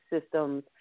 systems